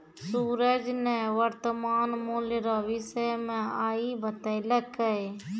सूरज ने वर्तमान मूल्य रो विषय मे आइ बतैलकै